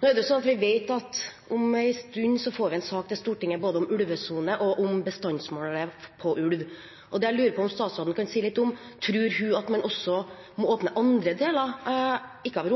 Nå er det jo sånn at vi vet at vi om en stund får en sak til Stortinget både om ulvesone og om bestandsmålet på ulv. Det jeg lurer på om statsråden kan si litt om, er om det er andre deler av